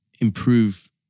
improve